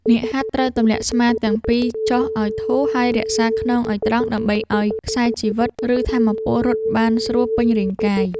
អ្នកហាត់ត្រូវទម្លាក់ស្មាទាំងពីរចុះឱ្យធូរ ហើយរក្សាខ្នងឱ្យត្រង់ដើម្បីឱ្យខ្សែជីវិត ឬថាមពលរត់បានស្រួលពេញរាងកាយ។